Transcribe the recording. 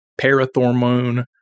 parathormone